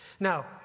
Now